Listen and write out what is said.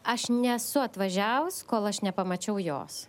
aš nesu atvažiavus kol aš nepamačiau jos